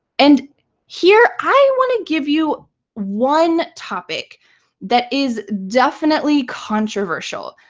and here i want to give you one topic that is definitely controversial.